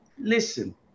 Listen